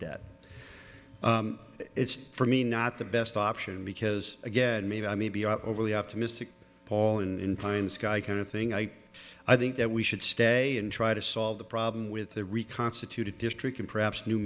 debt it's for me not the best option because again maybe i may be overly optimistic paul in mind sky kind of thing i i think that we should stay and try to solve the problem with the reconstituted district and perhaps new